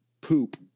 poop